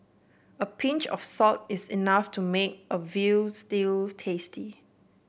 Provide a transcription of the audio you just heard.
a pinch of salt is enough to make a veal stew tasty